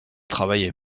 travaillé